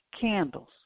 candles